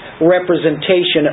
representation